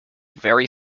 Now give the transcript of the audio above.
very